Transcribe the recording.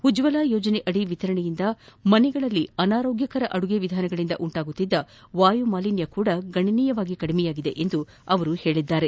ಉಜ್ವಲ ಯೋಜನೆಯದಿ ವಿತರಣೆಯಿಂದ ಮನೆಗಳಲ್ಲಿ ಅನಾರೋಗ್ಯಕರ ಅದುಗೆ ವಿಧಾನಗಳಿಂದ ಉಂಟಾಗುತ್ತಿದ್ದ ವಾಯುಮಾಲಿನ್ಯವೂ ಗಣನೀಯವಾಗಿ ಕಡಿಮೆಯಾಗಿದೆ ಎಂದು ಅವರು ಹೇಳಿದ್ದಾರೆ